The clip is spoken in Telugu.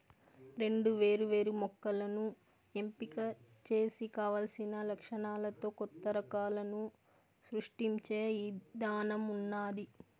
రెండు వేరు వేరు మొక్కలను ఎంపిక చేసి కావలసిన లక్షణాలతో కొత్త రకాలను సృష్టించే ఇధానం ఉన్నాది